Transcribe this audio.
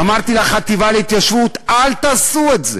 אמרתי לחטיבה להתיישבות: אל תעשו את זה.